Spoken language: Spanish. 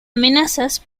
amenazas